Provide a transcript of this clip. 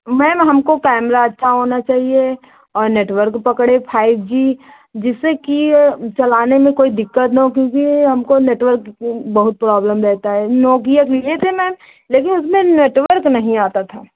ma'am हमको camera अच्छा होना चाहिए और नेटवर्क पकड़े फाइव जी जिससे कि चलाने में कोई दिक्कत न हो क्योंकि हमको नेटवर्क बहुत प्रॉब्लम रहता है नोकिया लिए थे मैम लेकिन उसमें नेटवर्क नहीं आता था